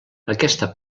aquesta